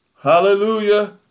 Hallelujah